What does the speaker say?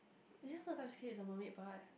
is it the time script is the mermaid part